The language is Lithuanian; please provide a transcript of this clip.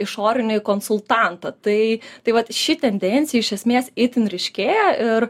išorinį konsultantą tai taip vat ši tendencija iš esmės itin ryškėja ir